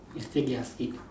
you still get us eat